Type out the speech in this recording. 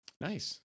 Nice